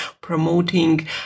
promoting